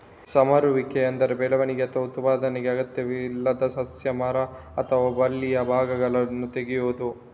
ಸಮರುವಿಕೆ ಅಂದ್ರೆ ಬೆಳವಣಿಗೆ ಅಥವಾ ಉತ್ಪಾದನೆಗೆ ಅಗತ್ಯವಿಲ್ಲದ ಸಸ್ಯ, ಮರ ಅಥವಾ ಬಳ್ಳಿಯ ಭಾಗಗಳನ್ನ ತೆಗೆಯುದು